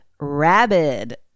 rabid